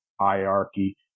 hierarchy